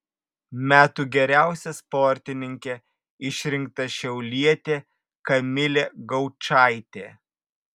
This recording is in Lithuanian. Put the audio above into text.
metų geriausia sportininke išrinkta šiaulietė kamilė gaučaitė